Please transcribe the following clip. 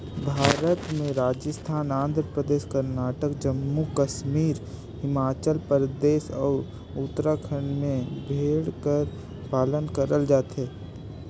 भारत में राजिस्थान, आंध्र परदेस, करनाटक, जम्मू कस्मी हिमाचल परदेस, अउ उत्तराखंड में भेड़ी कर पालन करल जाथे